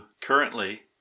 currently